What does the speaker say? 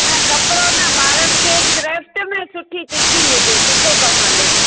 न कपिड़ो न ॿारनि खे क्राफ्ट में सुठी तिखी हुजे सुठो कमु हले